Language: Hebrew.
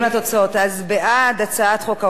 הצעת חוק העונשין (תיקון,